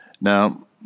now